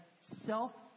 self